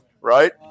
Right